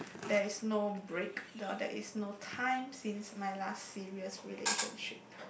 there is no break the there is no time since my last serious relationship